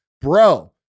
Bro